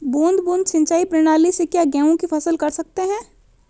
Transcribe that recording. बूंद बूंद सिंचाई प्रणाली से क्या गेहूँ की फसल कर सकते हैं?